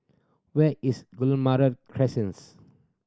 where is Guillemard Crescent